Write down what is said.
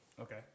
Okay